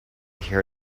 hear